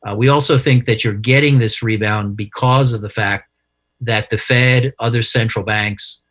ah we also think that you're getting this rebound because of the fact that the fed, other central banks,